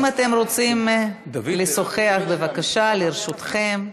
אם אתם רוצים לשוחח, בבקשה, לרשותכם,